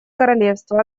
королевство